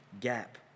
gap